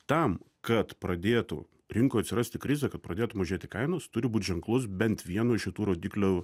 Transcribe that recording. tam kad pradėtų rinkoj atsirasti krizė kad pradėtų mažėti kainos turi būt ženklus bent vieno iš šitų rodiklių